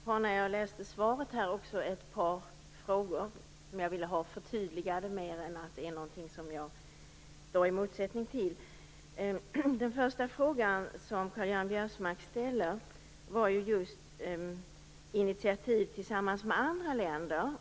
Herr talman! Jag har ett par frågor i anslutning till svaret. Jag har inte några avvikande meningar utan vill få några förtydliganden. Den första fråga som Karl-Göran Biörsmark ställt gäller initiativ tillsammans med andra länder.